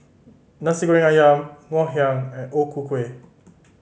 Nasi Goreng Ayam Ngoh Hiang and O Ku Kueh